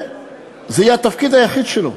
זה יהיה התפקיד היחיד שלו,